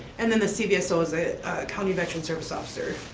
and then the c v s o, the county veterans service officer.